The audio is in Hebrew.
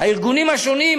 הארגונים השונים,